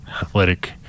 athletic